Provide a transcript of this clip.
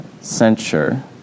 Censure